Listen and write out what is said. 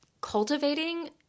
Cultivating